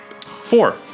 Four